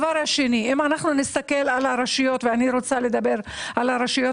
אם אנחנו נסתכל על הרשויות ואני רוצה לדבר על הרשויות